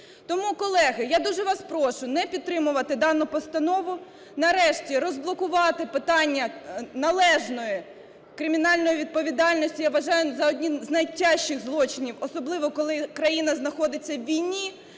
Тому, колеги, я дуже вас прошу не підтримувати дану постанову, нарешті, розблокувати питання належної кримінальної відповідальності, я вважаю, за один з найтяжчих злочинів, особливо, коли країна знаходиться у війні,